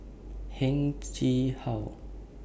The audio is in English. Heng Chee How